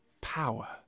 power